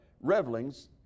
Revelings